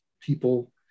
people